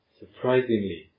surprisingly